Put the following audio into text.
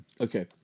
Okay